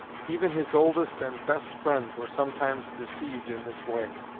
even his oldest and best friends were sometimes deceived in this way.